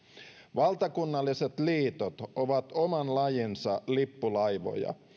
valtakunnalliset liitot ovat oman lajinsa lippulaivoja